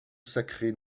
sacré